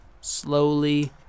slowly